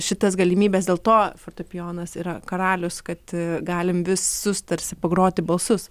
šitas galimybes dėl to fortepijonas yra karalius kad galim visus tarsi pagroti balsus